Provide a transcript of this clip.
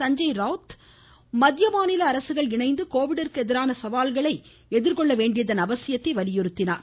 சஞ்சய் ராவ்த் மத்திய மாநில அரசுகள் இணைந்து கோவிட்டிற்கு எதிரான சவால்களை எதிர்கொள்ள வேண்டியதன் அவசியத்தை வலியுறுத்தினார்